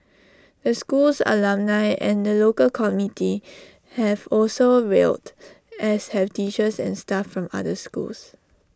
the school's alumni and the local community have also rallied as have teachers and staff from other schools